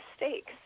mistakes